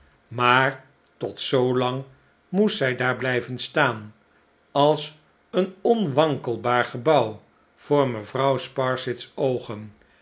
maar tot zoolang moest zij daar blijven staan als een onwankelbaar gebouw voor mevrouw sparsit's oogen